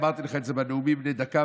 אמרתי לך את זה בנאומים בני דקה,